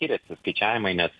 skiriasi skaičiavimai nes